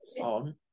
on